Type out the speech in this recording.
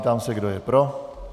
Ptám se, kdo je pro.